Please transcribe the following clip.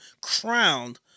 crowned